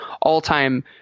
all-time